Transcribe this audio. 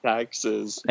Taxes